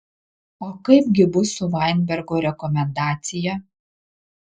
o kaip gi bus su vainbergo rekomendacija